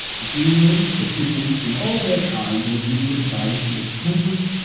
zeno, chrysippus, and all their kind will give you advice that is temperate,